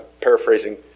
paraphrasing